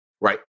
Right